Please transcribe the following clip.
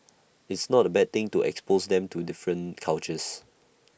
it's not A bad thing to expose them to different cultures